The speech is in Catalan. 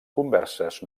converses